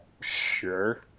sure